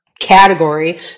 category